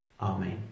amen